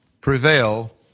prevail